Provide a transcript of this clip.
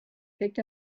picked